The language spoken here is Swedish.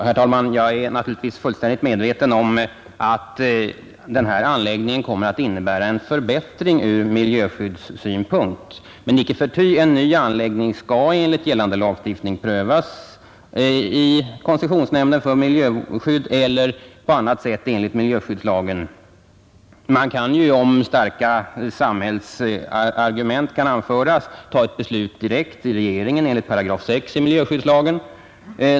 Herr talman! Jag är fullt medveten om att denna anläggning kommer att medföra en förbättring ur miljöskyddssynpunkt, men icke förty skall en ny anläggning enligt gällande lagstiftning prövas av koncessionsnämnden för miljöskydd eller på annat sätt enligt miljöskyddslagen. Om starka samhällsargument kan anföras kan regeringen ta ett beslut direkt enligt 6 § miljöskyddslagen.